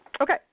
Okay